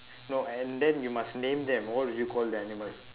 no and then you must name them what would you call the animal